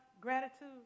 gratitude